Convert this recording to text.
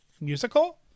musical